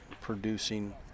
producing